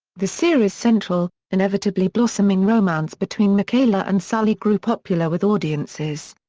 the series' central, inevitably-blossoming romance between michaela and sully grew popular with audiences.